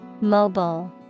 Mobile